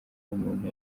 umuntu